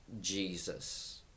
Jesus